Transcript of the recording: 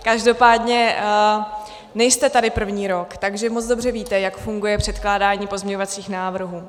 Každopádně nejste tady první rok, takže moc dobře víte, jak funguje předkládání pozměňovacích návrhů.